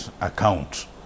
account